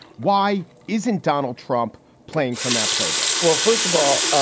why isn't donald trump playing from that playbook? well, first of all, ah